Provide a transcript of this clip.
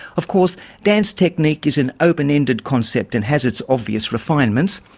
of course dance technique is an open-ended concept and has its obvious refinements.